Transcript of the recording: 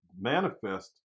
manifest